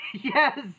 Yes